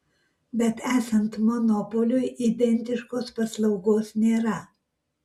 bet esant monopoliui identiškos paslaugos nėra